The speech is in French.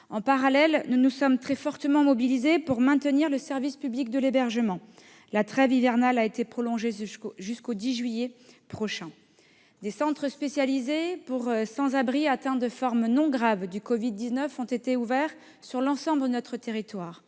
En parallèle, nous nous sommes très fortement mobilisés pour maintenir le service public de l'hébergement. La trêve hivernale a été prolongée jusqu'au 10 juillet prochain. Des centres spécialisés pour sans-abri atteints de formes non graves du Covid-19 ont été ouverts sur l'ensemble de notre territoire